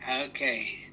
Okay